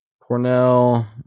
Cornell